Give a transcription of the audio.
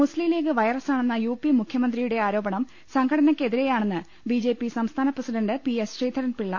മുസ്ലിം ലീഗ് വൈറസാണെന്ന യുപി മുഖ്യമന്ത്രിയുടെ ആരോ പണം സ്ംഘടനക്കെതിരെയാണെന്ന് ബിജെപി സംസ്ഥാന പ്രസിഡന്റ് പി എസ് ശ്രീധരൻപിളള